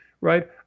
right